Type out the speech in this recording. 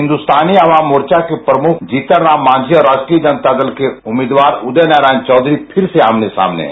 हिंदुस्तानी अवाम मोर्चा के प्रमुख जीतन राम मांझी और राष्ट्रीय जनता दल के उम्मीदवार उदय नारायण चौधरी फिर से आमने सामने हैं